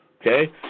Okay